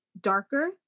darker